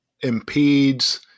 impedes